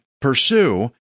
Pursue